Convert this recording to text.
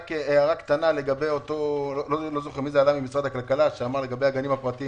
רק הערה קטנה לגבי מה שנאמר על הגנים הפרטיים.